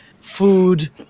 food